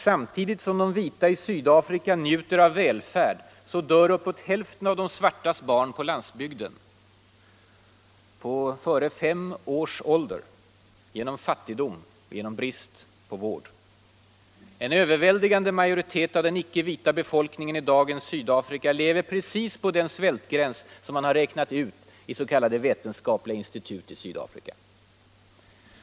Samtidigt som de vita i Sydafrika njuter av välfärd dör uppåt hälften av de svartas barn på landsbygden före fem års ålder, genom fattigdom och brist på vård. En överväldigande majoritet av den icke-vita befolkningen i dagens Sydafrika lever precis på den svältgräns som räknats fram av s.k. vetenskapliga institut i Sydafrika.